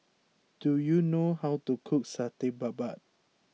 do you know how to cook Satay Babat